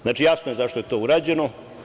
Znači, jasno je zašto je to urađeno.